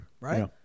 Right